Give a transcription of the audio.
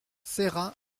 serra